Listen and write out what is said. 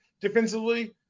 defensively